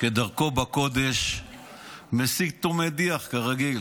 כדרכו בקודש מסית ומדיח, כרגיל.